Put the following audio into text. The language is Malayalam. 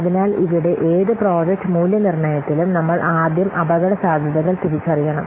അതിനാൽ ഇവിടെ ഏത് പ്രോജക്റ്റ് മൂല്യനിർണ്ണയത്തിലും നമ്മൾ ആദ്യം അപകടസാധ്യതകൾ തിരിച്ചറിയണം